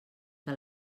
que